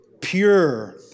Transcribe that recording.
Pure